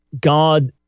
God